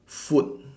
food